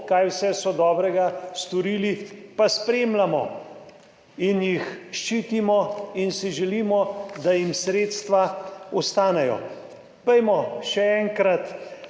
kaj vse so dobrega storili pa spremljamo in jih ščitimo in si želimo, da jim sredstva ostanejo. Pojdimo še enkrat